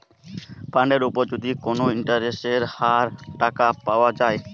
ফান্ডের উপর যদি কোটা ইন্টারেস্টের হার টাকা পাওয়া যায়